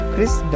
Chris